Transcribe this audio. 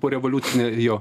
porevoliucinė jo